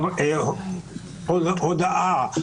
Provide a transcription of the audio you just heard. הודעה,